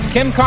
Kim